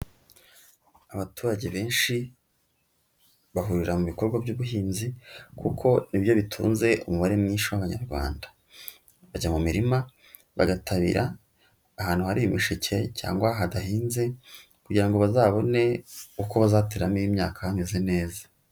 Abaturage benshi bahurira mu bikorwa by'ubuhinzi kuko nibyo bitunze umubare mwinshi w'abanyarwanda. Bajya mu mirima bagatabira ahantu hari imisheke cyangwa hadahinze kugira ngo bazabone uko bazateramo imyaka hameze neza.